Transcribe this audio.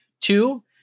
Two